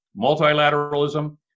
Multilateralism